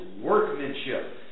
workmanship